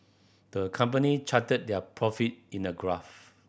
the company charted their profit in a graph